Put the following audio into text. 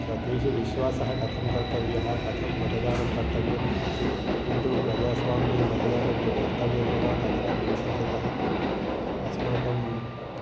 त तेषु विश्वासः कथं कर्तव्यः कथं मतदानं कर्तव्यं किन्तु प्रजास्वाम्ये मतदानं तु कर्तव्यमेव तत्रापि विषेशतः अस्माकं